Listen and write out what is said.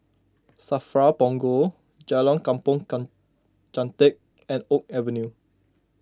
Safra Punggol Jalan Kampong kam Chantek and Oak Avenue